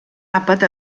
àpat